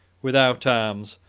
without arms,